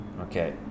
Okay